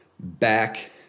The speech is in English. back